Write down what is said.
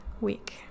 week